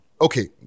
okay